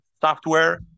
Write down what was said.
software